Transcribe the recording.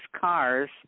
cars